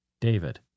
David